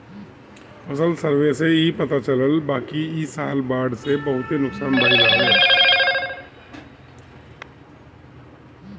फसल सर्वे से इ पता चलल बाकि इ साल बाढ़ से बहुते नुकसान भइल हवे